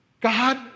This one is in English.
God